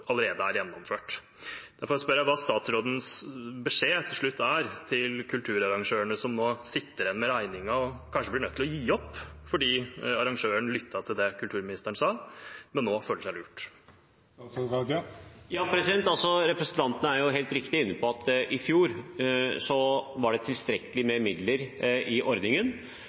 allerede er gjennomført. Derfor spør jeg hva statsrådens beskjed er til de kulturarrangørene som nå sitter igjen med regningen og kanskje blir nødt til å gi opp fordi de lyttet til det kulturministeren sa, men nå føler seg lurt. Representanten er helt riktig inne på at i fjor var det tilstrekkelig med midler i ordningen,